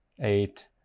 eight